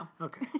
Okay